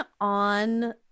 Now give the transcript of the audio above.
on